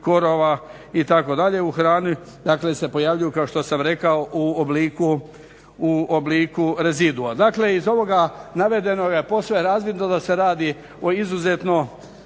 korova itd. U hrani dakle se pojavljuju kao što sam rekao u obliku rezidua Dakle iz ovoga navedenog je posve razvidno da se radi o izuzetno